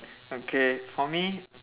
okay for me